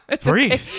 breathe